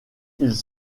ils